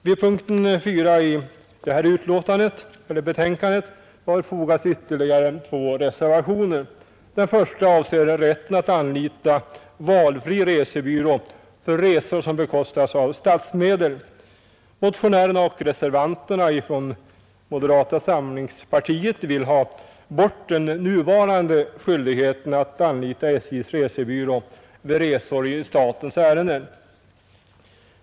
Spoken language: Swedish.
Vid punkt 4 i detta betänkande har fogats ytterligare två reservationer. Den första avser rätten att anlita valfri resebyrå för resor som bekostas av statsmedel. Motionärerna och reservanterna från moderata samlingspartiet vill ha bort den nuvarande skyldigheten att anlita SJ:s resebyrå vid resor i statens ärenden.